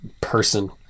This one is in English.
person